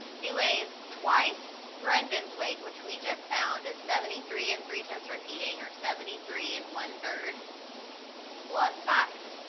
he weighs twice brendon's weight, which we just found is seventy-three and three-tenths repeating or seventy-three and one-third plus five.